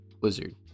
Blizzard